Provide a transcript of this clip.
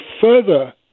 further